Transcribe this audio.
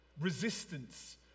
resistance